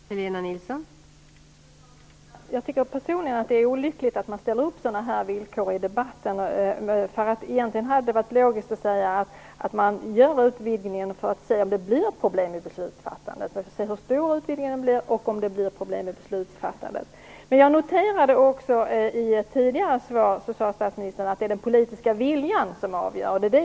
Fru talman! Jag tycker personligen att det är olyckligt att man ställer upp sådana här villkor i debatten. Egentligen hade det varit logiskt att göra utvidgningen för att sedan se om det blir problem i beslutsfattandet när vi får se hur stor utvidgningen blir och om det blir problem med beslutsfattandet. Men jag noterade också att statsministern i ett tidigare svar sade att det är den politiska viljan som avgör.